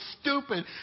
stupid